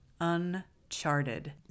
Uncharted